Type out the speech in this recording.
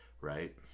right